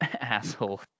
asshole